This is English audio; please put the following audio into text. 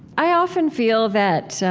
i often feel that, ah,